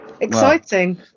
Exciting